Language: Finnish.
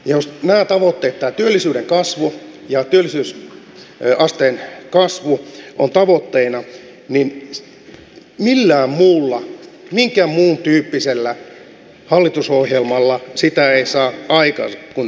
jos nämä tavoitteet tämä työllisyyden kasvu ja työllisyysasteen kasvu ovat tavoitteina niin minkään muun tyyppisellä hallitusohjelmalla niitä ei saa aikaan kuin tällä